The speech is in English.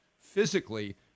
physically